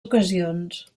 ocasions